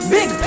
Big